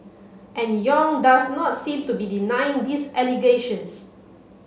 and Yong does not seem to be denying these allegations